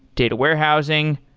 data warehousing.